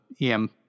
EM